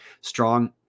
strong